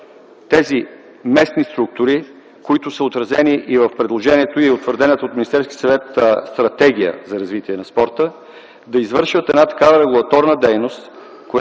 тези местни структури, които са отразени и в предложението, и в утвърдената от Министерския съвет Стратегия за развитие на спорта, да извършат една такава регулаторна дейност,